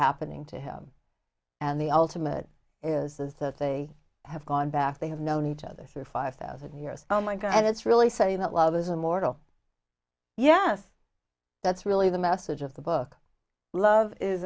happening to him and the ultimate is that they have gone back they have known each other for five thousand years oh my god and it's really saying that love is a mortal yes that's really the message of the book love is